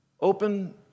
open